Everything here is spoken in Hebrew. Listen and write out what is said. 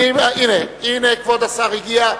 בבקשה, כבוד השר הגיע.